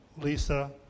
Lisa